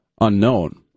unknown